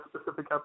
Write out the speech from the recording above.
specific